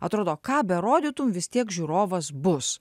atrodo ką berodytum vis tiek žiūrovas bus